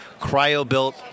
cryobuilt